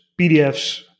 PDFs